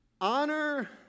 Honor